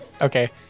Okay